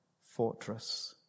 fortress